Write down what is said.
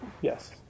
Yes